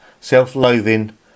self-loathing